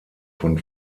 von